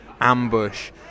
ambush